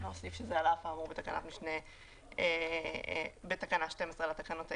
להוסיף שזה על אף האמור בתקנה 12 לתקנות העיקריות.